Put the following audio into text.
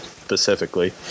specifically